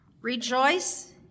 Rejoice